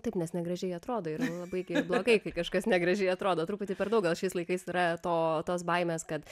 taip nes negražiai atrodo yra labai gi blogai kai kažkas negražiai atrodo truputį per daug gal šiais laikais yra to tos baimės kad